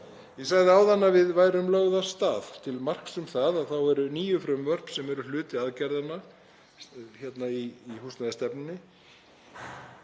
Ég sagði áðan að við værum lögð af stað. Til marks um það þá eru níu frumvörp sem eru hluti aðgerðanna í húsnæðisstefnunni